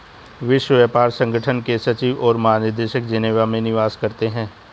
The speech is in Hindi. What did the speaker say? विश्व व्यापार संगठन के सचिव और महानिदेशक जेनेवा में निवास करते हैं